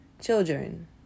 children